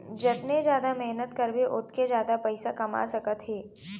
जतने जादा मेहनत करबे ओतके जादा पइसा कमा सकत हे